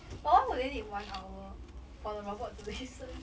but why would they need one hour for the robot to listen